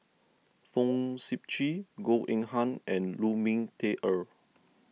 Fong Sip Chee Goh Eng Han and Lu Ming Teh Earl